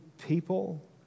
People